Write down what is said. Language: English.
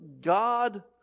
God